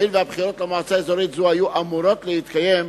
הואיל והבחירות למועצה אזורית זו היו אמורות להתקיים,